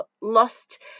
lost